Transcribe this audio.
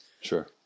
Sure